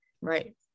right